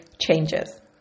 changes